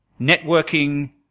networking